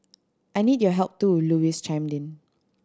I needed your help too Louise chimed in